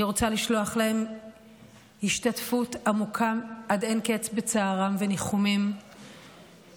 אני רוצה לשלוח להם השתתפות עמוקה עד אין קץ בצערם וניחומים מכולנו.